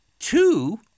two